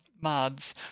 mods